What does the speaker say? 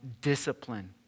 discipline